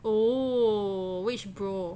oh which bro